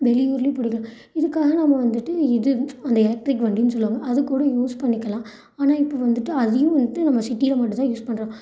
வெளியூர்லையும் பிடிக்கலாம் இதுக்காக நம்ம வந்துட்டு இது அந்த எலக்ட்ரிக் வண்டின்னு சொல்லுவாங்க அது கூட யூஸ் பண்ணிக்கலாம் ஆனால் இப்போ வந்துட்டு அதையும் வந்துட்டு நம்ம சிட்டியில் மட்டும்தான் யூஸ் பண்ணுறோம்